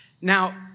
Now